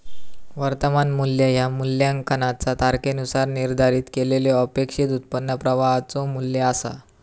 वर्तमान मू्ल्य ह्या मूल्यांकनाचा तारखेनुसार निर्धारित केलेल्यो अपेक्षित उत्पन्न प्रवाहाचो मू्ल्य असा